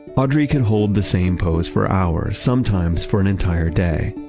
audrey could hold the same pose for hours, sometimes for an entire day.